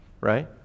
right